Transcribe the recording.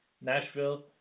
Nashville